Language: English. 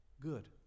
Good